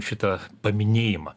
šitą paminėjimą